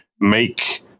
make